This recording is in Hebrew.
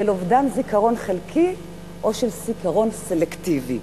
של אובדן זיכרון חלקי או של זיכרון סלקטיבי.